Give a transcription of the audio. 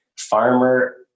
farmer